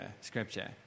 Scripture